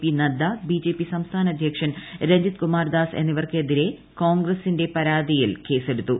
P Nadda BJP സംസ്ഥാന അദ്ധ്യക്ഷൻ രൺജിത് കുമാർ ദാസ് എന്നിവർക്കെതിരായ കോൺഗ്രസിന്റെ പരാതിയിൽ കേസെടുത്തു